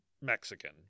Mexican